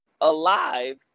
alive